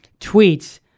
tweets